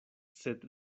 sed